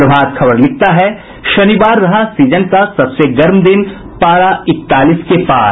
प्रभात खबर लिखता है शनिवार रहा सीजन का सबसे गर्म दिन पारा इकतालीस के पार